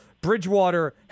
Bridgewater